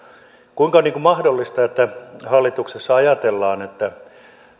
kuinka on mahdollista että hallituksessa ajatellaan että